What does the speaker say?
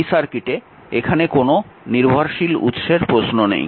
এই সার্কিটে এখানে কোনও নির্ভরশীল উৎসের প্রশ্ন নেই